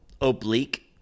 oblique